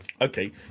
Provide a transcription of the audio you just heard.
Okay